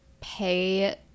pay